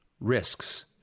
risks